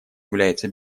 является